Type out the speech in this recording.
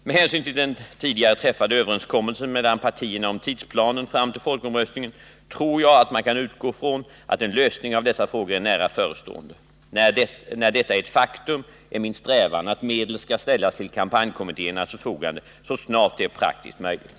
Med hänsyn till den tidigare träffade överenskommelsen mellan partierna om tidsplanen fram till folkomröstningen tror jag att man kan utgå från att en lösning av dessa frågor är nära förestående. När detta är ett faktum är min strävan att medel skall ställas till kampanjkommittéernas förfogande så snart det är praktiskt möjligt.